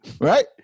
right